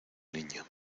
niña